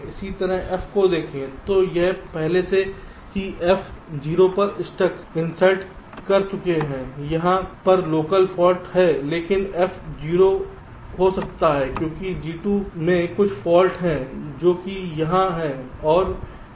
इसी तरह F को देखें तो हम पहले से ही F 0 पर स्टक इंसल्ट कर चुके हैं यहाँ पर लोकल फाल्ट है लेकिन F 0 हो सकता है क्योंकि G 2 में कुछ फाल्ट है जो कि यह है और यह है